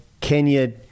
Kenya